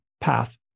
path